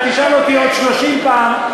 אתה תשאל אותי עוד 30 פעם,